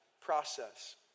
process